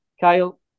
Kyle